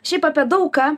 šiaip apie daug ką